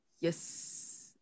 Yes